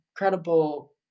incredible